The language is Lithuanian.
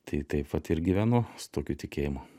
tai taip vat ir gyvenu su tokiu tikėjimu